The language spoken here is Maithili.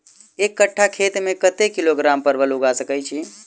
एक कट्ठा खेत मे कत्ते किलोग्राम परवल उगा सकय की??